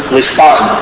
respond